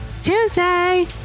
Tuesday